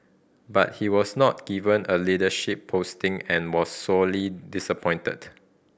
but he was not given a leadership posting and was sorely disappointed